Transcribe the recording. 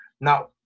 Now